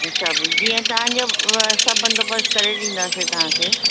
सभु जीअं तव्हांजो सभु बंदोबस्तु करे ॾींदासीं तव्हांखे